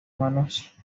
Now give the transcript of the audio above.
manos